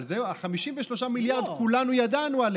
אבל על 53 מיליארד כולנו ידענו.